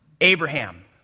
Abraham